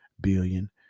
billion